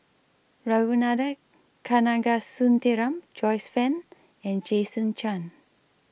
Ragunathar Kanagasuntheram Joyce fan and Jason Chan